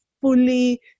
fully